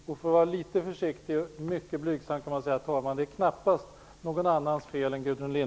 För att vara litet försiktig och mycket blygsam, kan man säga att det knappast är någon annans fel än Gudrun